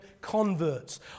converts